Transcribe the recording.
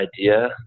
idea